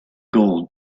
gold